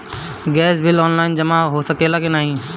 Gas bill online जमा हो सकेला का नाहीं?